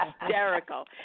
hysterical